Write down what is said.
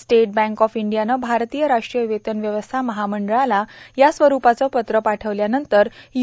state bank of इंडियानं भारतीय राष्ट्रीय वेतन व्यवस्था महामंडळाला या स्वरुपाचं पत्र पाठवल्यानंतर य्